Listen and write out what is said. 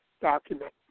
document